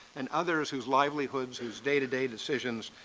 and others whose livelihoods, whose day-to-day decisions,